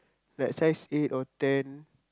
like size eight or ten